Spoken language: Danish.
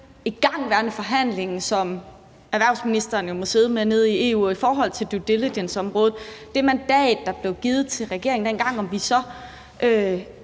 igangværende forhandling, som erhvervsministeren jo må sidde med nede i EU, og i forhold til due diligence-området og det mandat, der blev givet til regeringen dengang, og